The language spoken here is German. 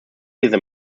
dieser